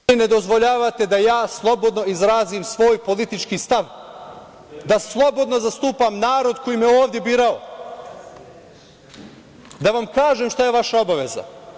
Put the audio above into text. Vi meni ne dozvoljavate da ja slobodno izrazim svoj politički stav, da slobodno zastupam narod koji me je ovde birao, da vam kažem šta je vaša obaveza.